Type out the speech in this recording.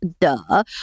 duh